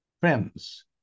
friends